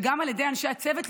וגם על ידי אנשי הצוות,